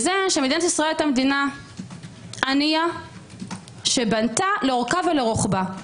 פותחת בזה שמדינת ישראל הייתה מדינה ענייה שבנתה לאורכה ולרוחבה.